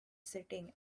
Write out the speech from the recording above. sitting